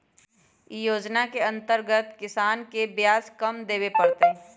ई योजनवा के अंतर्गत किसनवन के ब्याज कम देवे पड़ तय